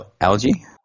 algae